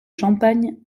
champagne